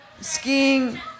skiing